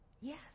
Yes